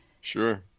Sure